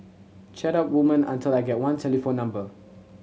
chat up women until I get one telephone number